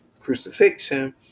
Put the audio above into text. Crucifixion